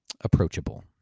approachable